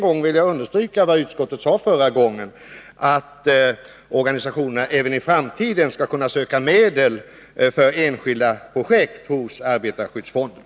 Jag vill ännu en gång understryka vad utskottet sade förra gången, nämligen att organisationerna även i framtiden skall kunna söka medel för enskilda projekt hos arbetarskyddsfonden.